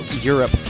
Europe